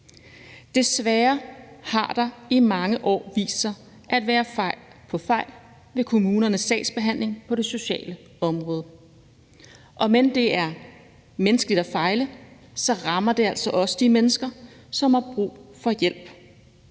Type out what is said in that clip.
Desværre har der i mange år vist sig at være fejl på fejl ved kommunernes sagsbehandling på det sociale område. Om end det er menneskeligt at fejle, rammer det altså også de mennesker, som har brug for hjælp.